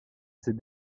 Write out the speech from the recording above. ses